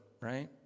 right